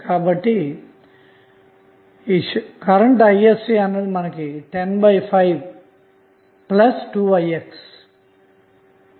కాబట్టి isc1052ix222